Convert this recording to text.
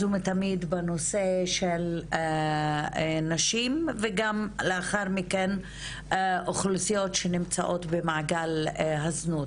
ומתמיד בנושא של נשים וגם לאחר מכן אוכלוסיות שנמצאות במעגל הזנות,